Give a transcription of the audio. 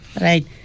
right